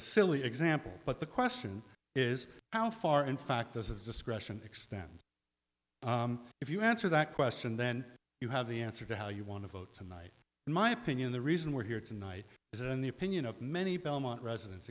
silly example but the question is how far in fact does its discretion extend if you had to that question then you have the answer to how you want to vote tonight in my opinion the reason we're here tonight is in the opinion of many belmont residen